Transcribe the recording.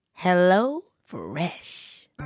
HelloFresh